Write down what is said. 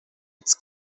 its